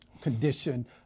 condition